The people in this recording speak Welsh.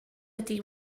ydy